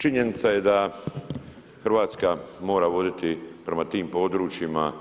Činjenica je da Hrvatska mora voditi prema tim područjima